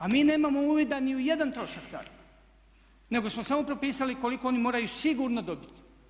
A mi nemamo uvida ni u jedan trošak taj nego smo samo propisali koliko oni moraju sigurno dobiti.